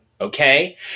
Okay